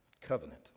Covenant